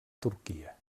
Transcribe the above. turquia